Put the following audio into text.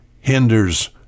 hinders